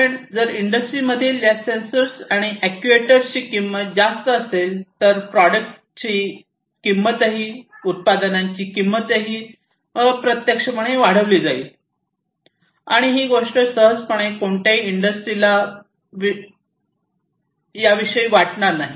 कारण जर इंडस्ट्रीमधील या सेन्सर्स आणि अॅक्ट्युएटर्सची किंमत जास्त असेल तर प्रॉडक्टची उत्पादनांची किंमतही अप्रत्यक्षपणे वाढविली जाईल आणि ही गोष्ट सहजपणे कोणत्याही इंडस्ट्रीला याविषयी वाटणार नाही